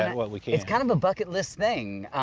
while we can. it's kind of a bucket list thing.